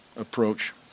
approach